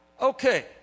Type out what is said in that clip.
Okay